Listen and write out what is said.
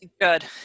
Good